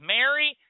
Mary